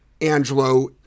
Angelo